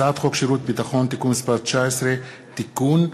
הצעת חוק שירות ביטחון (תיקון מס' 19) (תיקון),